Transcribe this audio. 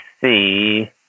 see